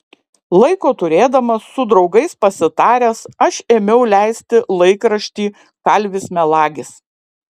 laiko turėdamas su draugais pasitaręs aš ėmiau leisti laikraštį kalvis melagis